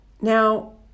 Now